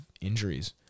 injuries